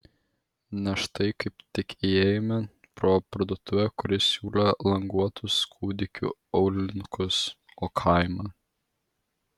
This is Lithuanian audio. ne šitai kaip tik ėjome pro parduotuvę kuri siūlė languotus kūdikių aulinukus o kaimą